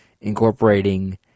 incorporating